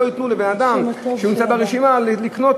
ולא ייתנו לבן-אדם שנמצא ברשימה לקנות